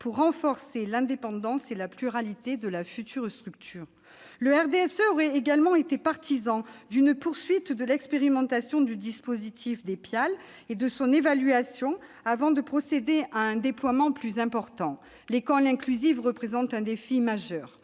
pour renforcer l'indépendance et la pluralité de la future structure. Le RDSE aurait également été partisan d'une poursuite de l'expérimentation du dispositif des PIAL, et de son évaluation, avant de procéder à un déploiement plus important. L'école inclusive représente un défi majeur.